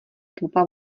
tlupa